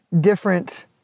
different